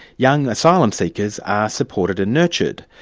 young asylum seekers are supported and nurtured.